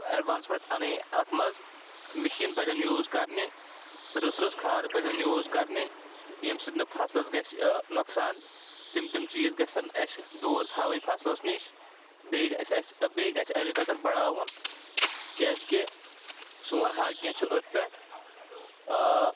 advancement اَنٕنۍ اَتھ منٛز مِشیٖن پزٮ۪ن یوٗز کَرنہِ رٕژٕ رٕژٕ کھادٕ پَزٮ۪ن یوٗز کَرنہِ ییٚمہِ سۭتۍ نہٕ فصلَس گژھِ نۄقصان تِم تِم چیٖز گژھن اَسہِ دوٗر تھاوٕنۍ فصلَس نِش بیٚیہِ گژھِ اَسہِ بیٚیہِ گژھِ ایٚگرِکَلچَر بَڑاوُن کیٛازِکہِ سون ہر کینٛہہ چھُ أتھۍ پٮ۪ٹھ